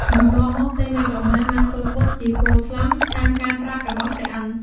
បន្ទាប់មកតេមិយកុមារ បានធ្វើពុតជា គ ថ្លង់ តាមការប្រាប់របស់ព្រះឥន្ទ។